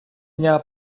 дня